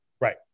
Right